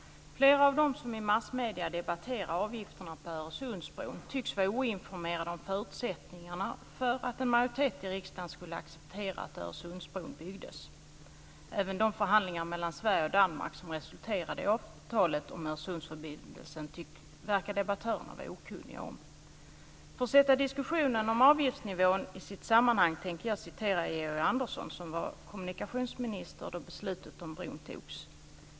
Flera av dem som i massmedierna debatterar avgifterna på Öresundsbron tycks vara oinformerade om förutsättningarna för att en majoritet i riksdagen skulle acceptera att Öresundsbron byggdes. Även de förhandlingar mellan Sverige och Danmark som resulterade i avtalet om Öresundsförbindelsen verkar debattörerna vara okunniga om. För att sätta diskussionen om avgiftsnivån i sitt sammanhang tänker jag återge vad Georg Andersson, som var kommunikationsminister då beslutet om bron fattades, har sagt.